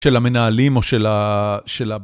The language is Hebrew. של המנהלים או של ה...